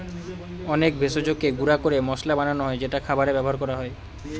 অনেক ভেষজকে গুঁড়া করে মসলা বানানো হয় যেটা খাবারে ব্যবহার করা হয়